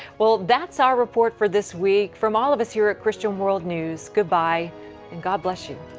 well, thatis our report for this week. from all of us here at christian world news, good-bye and god bless you.